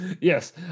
Yes